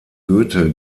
goethe